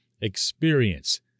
experience